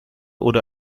oder